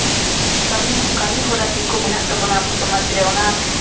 ᱠᱟᱹᱢᱤ ᱠᱟᱹᱢᱤ ᱦᱚᱨᱟ ᱪᱮᱫ ᱠᱚ ᱢᱮᱱᱟᱜ ᱛᱟᱵᱳᱱᱟ ᱟᱵᱚ ᱥᱚᱢᱟᱡᱽᱨᱮ ᱚᱱᱟ